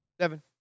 Seven